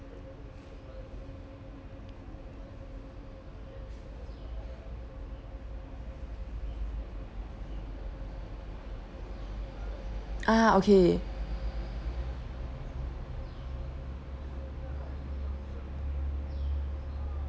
ah okay